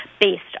based